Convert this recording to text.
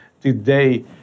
today